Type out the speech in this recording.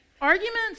arguments